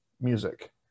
music